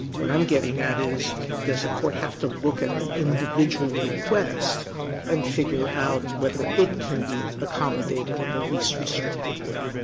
what i'm getting at is does the court have to look at the individual request and figure out whether it can be accommodated in the least restrictive way?